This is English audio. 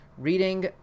reading